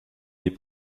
les